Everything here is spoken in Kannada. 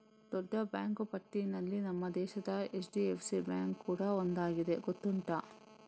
ದೊಡ್ಡ ಬ್ಯಾಂಕು ಪಟ್ಟಿನಲ್ಲಿ ನಮ್ಮ ದೇಶದ ಎಚ್.ಡಿ.ಎಫ್.ಸಿ ಬ್ಯಾಂಕು ಕೂಡಾ ಒಂದಾಗಿದೆ ಗೊತ್ತುಂಟಾ